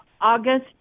August